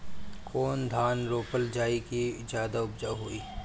कौन धान रोपल जाई कि ज्यादा उपजाव होई?